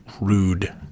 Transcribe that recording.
rude